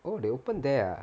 oh they open there ah